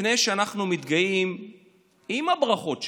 לפני שאנחנו מתגאים עם הברכות שלנו,